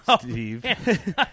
Steve